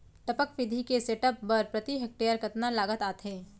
टपक विधि के सेटअप बर प्रति हेक्टेयर कतना लागत आथे?